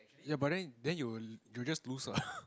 ya but then then you'll you'll just lose what